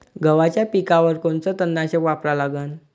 गव्हाच्या पिकावर कोनचं तननाशक वापरा लागन?